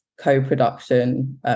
co-production